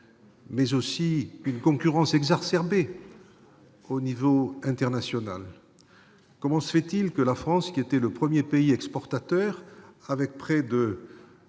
et une concurrence exacerbée au niveau international. Comment se fait-il que la France, qui était le premier pays exportateur, avec près de